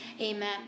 amen